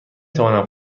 توانم